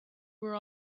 were